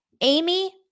Amy